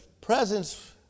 presence